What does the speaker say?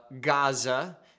Gaza